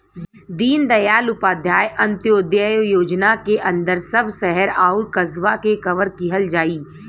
दीनदयाल उपाध्याय अंत्योदय योजना के अंदर सब शहर आउर कस्बा के कवर किहल जाई